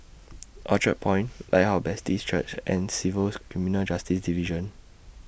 Orchard Point Lighthouse Baptist Church and Civil's Criminal Justice Division